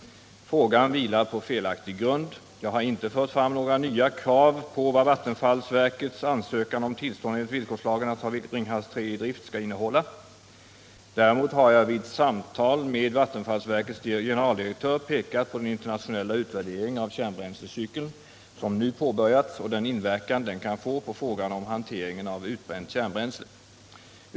Frågan vilar på felaktig grund. Jag har inte fört fram några nya krav på vad vattenfallsverkets ansökan om tillstånd enligt villkorslagen att ta Ringhals 3 i drift skall innehålla. Däremot har jag vid samtal med vattenfallsverkets generaldirektör pekat på den internationella utvärdering av kärnbränslecykeln som nu påbörjats och den inverkan den kan få på frågan om hanteringen av utbränt kärnbränsle.